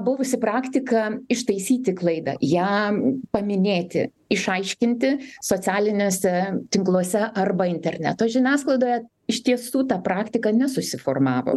buvusi praktika ištaisyti klaidą ją paminėti išaiškinti socialiniuose tinkluose arba interneto žiniasklaidoje iš tiesų ta praktika nesusiformavo